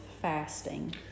fasting